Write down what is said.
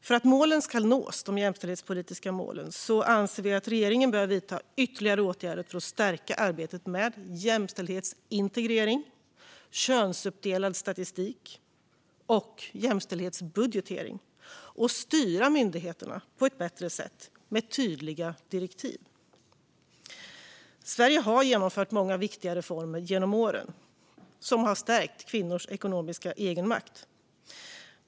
För att de jämställdhetspolitiska målen ska nås anser vi att regeringen bör vidta ytterligare åtgärder för att stärka arbetet med jämställdhetsintegrering, könsuppdelad statistik och jämställdhetsbudgetering samt styra myndigheterna på ett bättre sätt med tydliga direktiv. Sverige har genom åren genomfört många viktiga reformer som har stärkt kvinnors ekonomiska egenmakt.